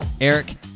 Eric